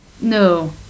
No